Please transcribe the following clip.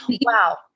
Wow